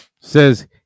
says